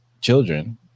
children